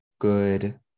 good